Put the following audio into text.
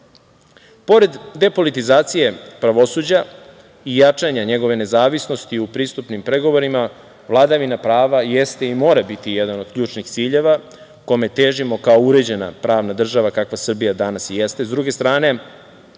10.Pored depolitizacije pravosuđa i jačanje njegove nezavisnosti u pristupnim pregovorima, vladavina prava jeste i mora biti jedan od ključnih ciljeva kome težimo kao uređena pravna država, kakva Srbija danas i jeste.